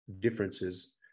differences